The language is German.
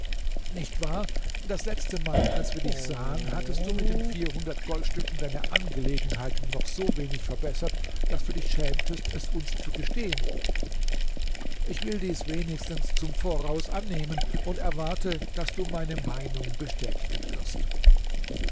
nicht wahr das letzte mal als wir dich sahen hattest du mit den vierhundert goldstücken deine angelegenheiten noch so wenig verbessert daß du dich schämtest es uns zu gestehen ich will dies wenigstens zum voraus annehmen und erwarte daß du meine meinung bestätigen wirst